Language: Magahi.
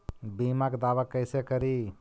बीमा के दावा कैसे करी?